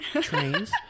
trains